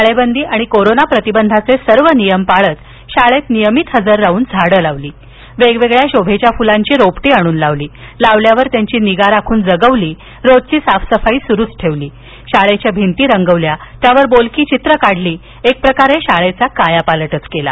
टाळेबंदी आणि कोरोना प्रतिबंधाचेसर्व नियम पाळत शाळेत नियमित हजर राहून झाडं लावली वेगवेळ्या शोभेच्या फुलांच्या शोधून आणली लावल्यावर त्यांची निगा राखून जगवली रोजची साफसफाई सुरूच ठेवली शाळेच्या भिंती रंगवल्या त्यावर बोलकी चित्रं काढली एकप्रकारे शाळेचा कायापालटच केला